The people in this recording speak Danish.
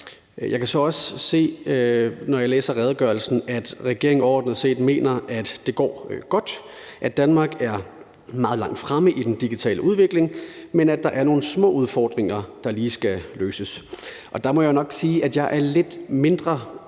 regeringen overordnet set mener, at det går godt, og at Danmark er meget langt fremme i den digitale udvikling, men at der er nogle små udfordringer, der lige skal løses. Der må jeg nok sige, at jeg er lidt mindre